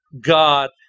God